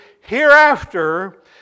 Hereafter